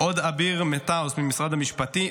עורכת הדין עביר מטאנס ממשרד המשפטים,